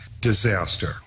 Disaster